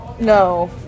no